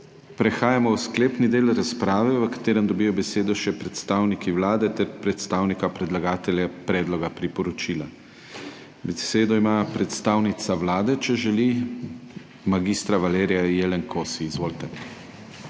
Prehajamo v sklepni del razprave v katerem dobijo besedo še predstavniki Vlade ter predstavnika predlagatelja predloga priporočila. Besedo ima predstavnica Vlade, če želi? (Da.) Mag. Valerija Jelen Kosi, izvolite.